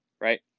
right